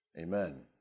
Amen